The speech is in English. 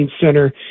Center